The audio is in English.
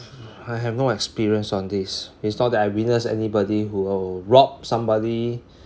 I have no experience on this it's not that I witness anybody who'll rob somebody